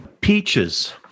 Peaches